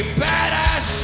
badass